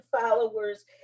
followers